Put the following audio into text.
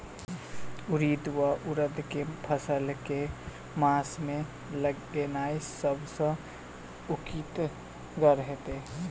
उड़ीद वा उड़द केँ फसल केँ मास मे लगेनाय सब सऽ उकीतगर हेतै?